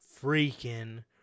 freaking